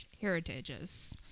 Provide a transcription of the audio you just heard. heritages